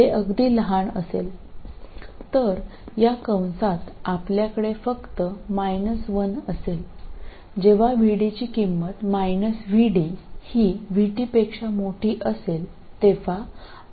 അതിനാൽ ഈ പരാൻതീസിസിൽ നിങ്ങൾക്ക് മൈനസ് 1 മാത്രമായിരിക്കും അതിനാൽ VD യുടെ നെഗറ്റീവ് മൂല്യമായ VD എന്നത് Vt